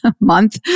month